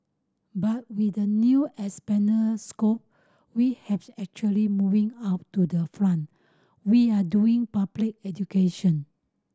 but with the new expanded scope we have actually moving out to the front we are doing public education